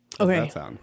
okay